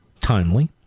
timely